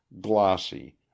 glossy